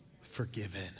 forgiven